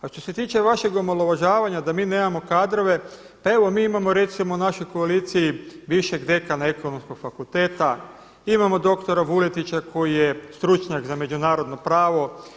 A što se tiče vašeg omalovažavanja da mi nemamo kadrove, pa evo mi imamo recimo u našoj koaliciji bivšeg dekana Ekonomskog fakulteta, imamo doktora Vuletića koji je stručnjak za međunarodno pravo.